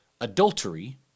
adultery